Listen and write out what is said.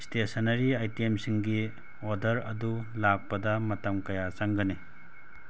ꯏꯁꯇꯦꯁꯟꯅꯔꯤ ꯑꯥꯏꯇꯦꯝꯁꯤꯡꯒꯤ ꯑꯣꯗꯔ ꯑꯗꯨ ꯂꯥꯛꯄꯗ ꯃꯇꯝ ꯀꯌꯥ ꯆꯪꯒꯅꯤ